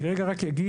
אני רגע אגיד,